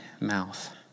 mouth